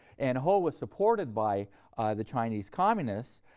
and ho was supported by the chinese communists,